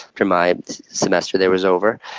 after my semester there was over,